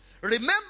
Remember